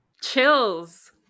Chills